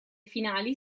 finali